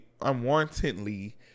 unwarrantedly